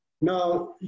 Now